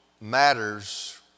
matters